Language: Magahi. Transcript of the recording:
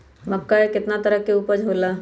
मक्का के कितना तरह के उपज हो ला?